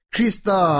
Krista